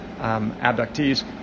abductees